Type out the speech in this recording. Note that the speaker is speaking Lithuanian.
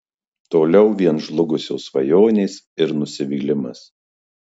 toliau vien žlugusios svajonės ir nusivylimas